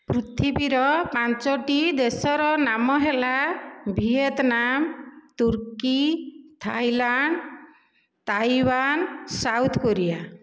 ପୃଥିବୀର ପାଞ୍ଚୋଟି ଦେଶର ନାମ ହେଲା Vietnam Turkey Thailand Taiwan South Korea